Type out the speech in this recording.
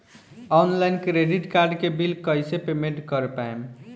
Online credit card के bill कइसे payment कर पाएम?